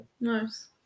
Nice